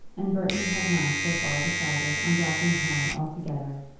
and burton had not so far decided on dropping harry altogether,